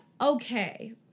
okay